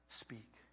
Speak